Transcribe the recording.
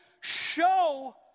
show